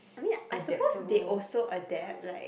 I mean I suppose they also adapt like